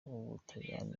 butaliyani